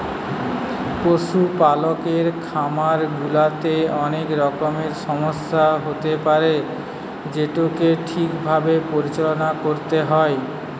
পশুপালকের খামার গুলাতে অনেক রকমের সমস্যা হতে পারে যেটোকে ঠিক ভাবে পরিচালনা করতে হয়